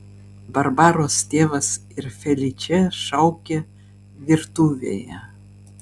barbaros tėvas ir feličė šaukė virtuvėje